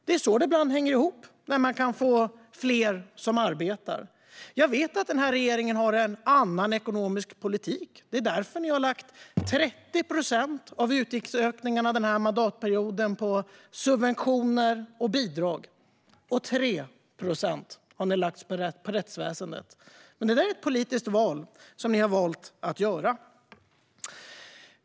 Så hänger det ibland ihop när man kan få fler som arbetar. Jag vet att den här regeringen har en annan ekonomisk politik. Det är därför ni har lagt 30 procent av utgiftsökningarna den här mandatperioden på subventioner och bidrag och 3 procent på rättsväsendet. Det är ett politiskt val som ni har gjort.